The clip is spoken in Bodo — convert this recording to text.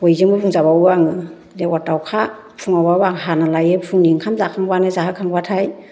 बयजोंबो बुंजाबावो आङो लेवार दावखा फुङावबाबो आं हाना लायो फुंनि ओंखाम जाखांबानो जाहोखांबाथाय